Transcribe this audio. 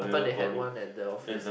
I thought they had one at the office